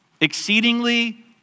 exceedingly